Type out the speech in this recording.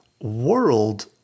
world